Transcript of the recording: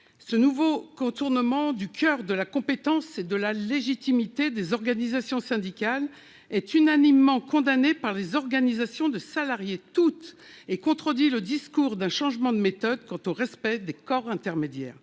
Ce nouveau contournement du coeur de la compétence et de la légitimité des organisations syndicales est unanimement condamné par les organisations de salariés et contredit le discours sur un changement de méthode quant au respect des corps intermédiaires.